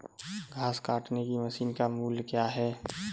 घास काटने की मशीन का मूल्य क्या है?